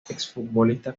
futbolista